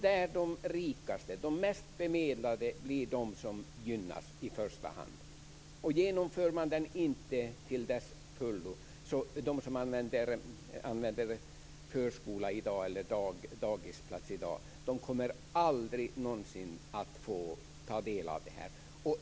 De rikaste, de mest bemedlade, blir de som gynnas i första hand. Genomför man det inte till fullo kommer de som använder förskola eller dagisplats i dag aldrig någonsin att få ta del av detta.